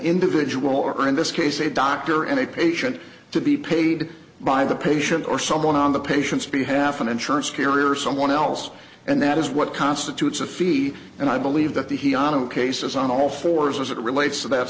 individual or in this case a doctor and a patient to be paid by the patient or someone on the patient's behalf an insurance carrier or someone else and that is what constitutes a fee and i believe that the he on cases on all fours as it relates to that